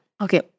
Okay